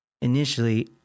initially –